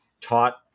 taught